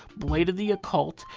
blade of the occult,